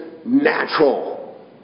natural